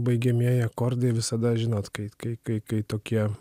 baigiamieji akordai visada žinot kai kai kai kai tokie